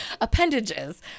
appendages